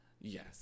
yes